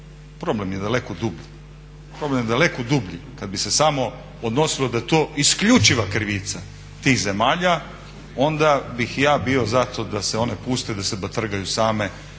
Problem je daleko dublji. Problem je daleko dublji. Kad bi se samo odnosilo da je to isključiva krivica tih zemalja onda bih ja bio za to da se one puste da se batrgaju same